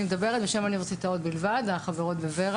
אני מדברת בשם האוניברסיטאות בלבד החברות בוועד